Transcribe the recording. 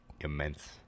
immense